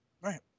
Right